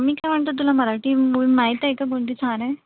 मी काय म्हणतो तुला मराठी मूव्ही माहिती आहे का कोणती छान आहे